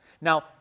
Now